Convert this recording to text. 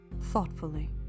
thoughtfully